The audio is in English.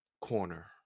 corner